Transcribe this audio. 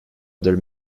other